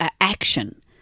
action